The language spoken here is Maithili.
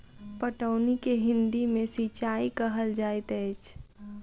पटौनी के हिंदी मे सिंचाई कहल जाइत अछि